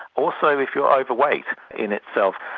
also if you're overweight in itself.